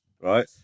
right